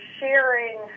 sharing